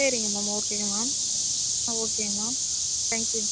சரிங்க மேம் ஓகேங்க மேம் ஆ ஓகேங்க மேம் தேங்க் யூ